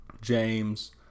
James